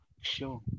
Sure